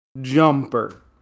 Jumper